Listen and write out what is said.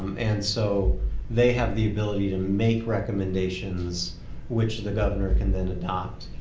um and so they have the ability to make recommendations which the governor can then adopt.